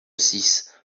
six